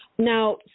Now